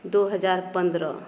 दू हजार पन्द्रह